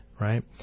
right